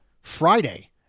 Friday